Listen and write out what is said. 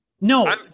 No